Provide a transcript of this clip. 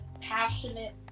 passionate